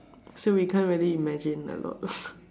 so we can't really imagine a lot